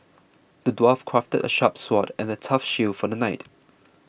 the dwarf crafted a sharp sword and a tough shield for the knight